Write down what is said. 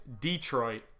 Detroit